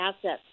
assets